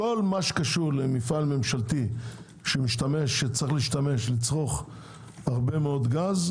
כל מה שקשור למפעל ממשלתי שצריך לצרוך הרבה מאוד גז,